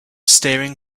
staring